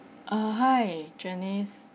uh hi janice